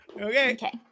Okay